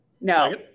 No